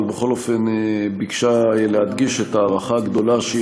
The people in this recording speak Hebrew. ובכל אופן היא ביקשה להדגיש את ההערכה הגדולה שהיא